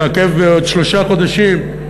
לעכב בעוד שלושה חודשים?